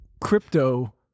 crypto